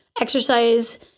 exercise